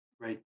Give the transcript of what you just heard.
right